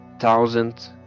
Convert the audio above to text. thousand